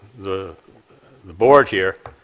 the the board here,